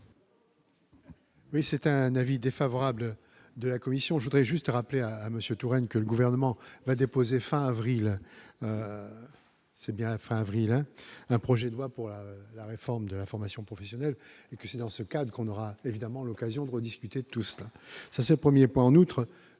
Oui c'est un avis défavorable de la commission, je voudrais juste rappeler à Monsieur Touraine, que le gouvernement a déposé fin avril, c'est bien fin avril un un projet de loi pour la réforme de la formation professionnelle et que c'est dans ce cadre qu'on aura évidemment l'occasion de rediscuter de tout ça, ça c'est un 1er pas, en outre,